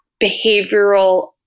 behavioral